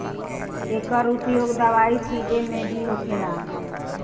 एकर उपयोग दवाई छींटे मे भी होखेला